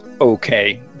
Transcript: okay